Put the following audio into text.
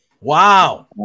Wow